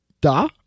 Da